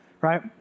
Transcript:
right